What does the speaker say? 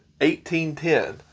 1810